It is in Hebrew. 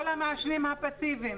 כל המעשנים הפסיביים.